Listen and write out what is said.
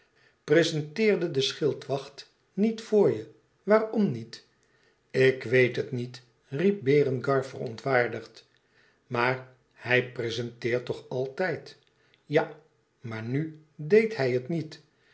prezenteerde de schildwacht niet voor je waarom niet ik weet het niet riep berengar verontwaardigd maar hij prezenteert toch altijd ja maar nu deed hij het niet